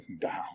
down